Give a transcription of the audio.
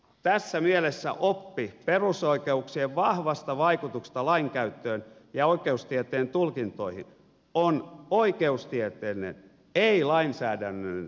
tässä mielessä oppi perusoikeuksien vahvasta vaikutuksesta lainkäyttöön ja oikeustieteen tulkintoihin on oikeustieteellinen ei lainsäädännöllinen doktriini